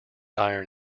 iron